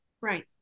Right